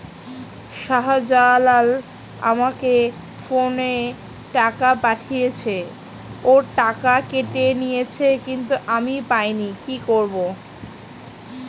শাহ্জালাল আমাকে ফোনে টাকা পাঠিয়েছে, ওর টাকা কেটে নিয়েছে কিন্তু আমি পাইনি, কি করব?